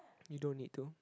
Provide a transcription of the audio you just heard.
you don't need to